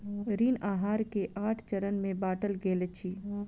ऋण आहार के आठ चरण में बाटल गेल अछि